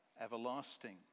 everlasting